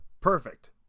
Perfect